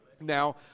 Now